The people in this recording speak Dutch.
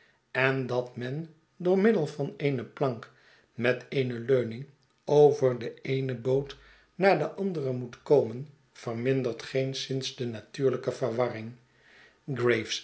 en dat men door middel van eene plank met eene leuning over de eene boot naar de andere moet komen vermindert geenszins de natuurlijke verwarring